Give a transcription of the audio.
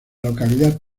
localidad